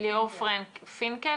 אנשי פיקוד